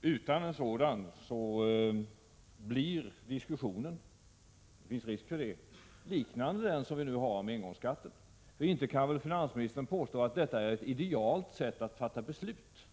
Utan en sådan är det risk för att diskussionen blir liknande den som vi nu har om engångsskatten. Inte kan väl finansministern påstå att detta är ett idealiskt sätt att fatta beslut?